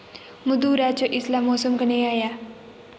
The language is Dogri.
मदुरै च इसलै मौसम कनेहा ऐ